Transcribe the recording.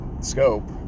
scope